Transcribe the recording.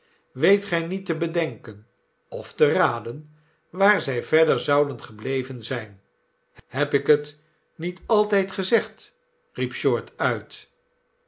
weet gij niet te bedenken of te raden waar zij verder zouden gebleven zijn heb ik het niet altijd gezegd riep short uit